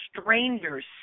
strangers